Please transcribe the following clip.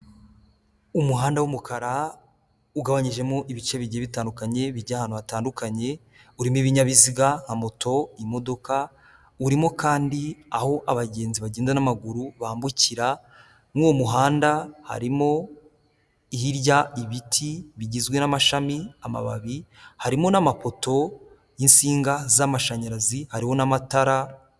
Umuhanda w'umukara ugabanyijemo ibice bigiye bitandukanye bijya ahantu hatandukanye, urimo ibinyabiziga nka moto, imodoka, urimo kandi aho abagenzi bagenda n'amaguru bambukira, muri wo muhanda harimo hirya ibiti bigizwe n'amashami, amababi, harimo n'amapoto y'insinga z'amashanyarazi, hariho n'amatara...